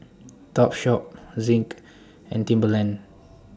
Topshop Zinc and Timberland